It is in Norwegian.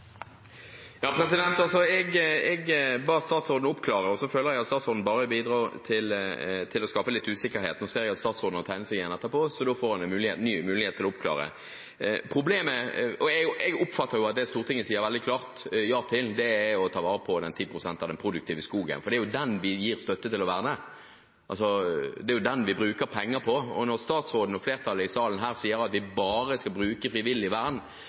Jeg ba statsråden om å oppklare, og så føler jeg at statsråden bare bidro til å skape litt usikkerhet. Nå ser jeg at statsråden har tegnet seg igjen, så da får han en ny mulighet etterpå til å oppklare. Jeg oppfatter at det Stortinget sier veldig klart ja til, er å ta vare på 10 pst. av den produktive skogen, for det er den vi gir støtte til å verne, det er den vi bruker penger på. Og når statsråden og flertallet i salen her sier at vi bare skal bruke frivillig vern